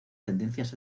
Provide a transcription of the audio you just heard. tendencias